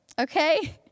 Okay